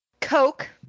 Coke